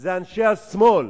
זה אנשי השמאל.